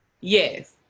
Yes